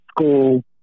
school